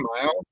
miles